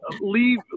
Leave